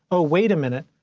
oh, wait a minute,